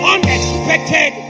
Unexpected